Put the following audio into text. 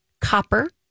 copper